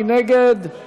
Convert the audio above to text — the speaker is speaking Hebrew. מי נגד?